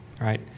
right